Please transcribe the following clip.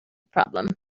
problem